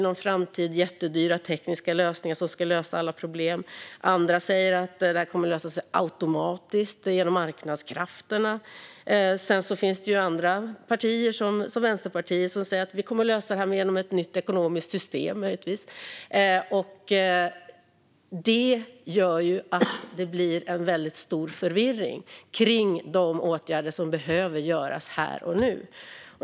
Detta är jättedyra tekniska lösningar som ska lösa alla problem. Andra säger att detta kommer att lösas automatiskt genom marknadskrafterna. Sedan finns det andra partier, såsom Vänsterpartiet, som möjligtvis säger att vi kommer att lösa detta genom ett nytt ekonomiskt system. Allt detta gör att det blir en väldigt stor förvirring när det gäller de åtgärder som behöver göras här och nu.